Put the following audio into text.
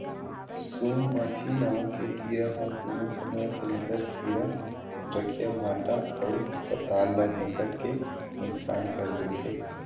सोन मांछी नांव के कीरा ह तुमा, कोहड़ा, कलिंदर, खीरा, रखिया, भांटा अउ पताल ल बिकट के नुकसान कर देथे